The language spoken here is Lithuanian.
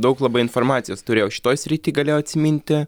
daug labai informacijos turėjau šitoj srity galėjau atsiminti